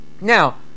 Now